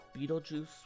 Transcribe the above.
Beetlejuice